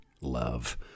love